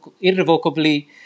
irrevocably